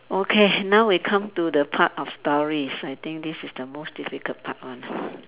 okay now we come to the part of story so I think this is the most difficult part one ah